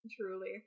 Truly